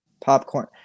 popcorn